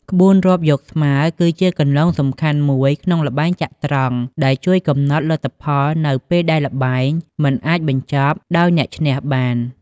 ក្បួនរាប់យកស្មើ គឺជាគន្លងសំខាន់មួយក្នុងល្បែងចត្រង្គ ដែលជួយកំណត់លទ្ធផលនៅពេលដែលល្បែងមិនអាចបញ្ចប់ដោយអ្នកឈ្នះបាន។